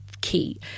key